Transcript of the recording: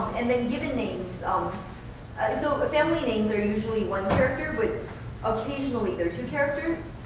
and then giving names um so but family names are usually one character. but occasionally, they're two characters.